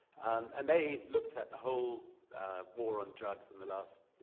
and they looked at the whole war on drugs in the last